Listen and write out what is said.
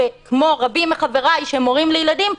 כמו רבים מחבריי שהם הורים לילדים,